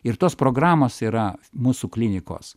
ir tos programos yra mūsų klinikos